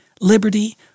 liberty